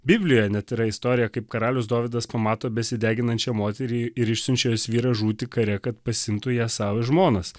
biblijoje net yra istorija kaip karalius dovydas pamato besideginančių moterį ir išsiunčia jos vyrą žūti kare kad pasiimtų ją sau į žmonas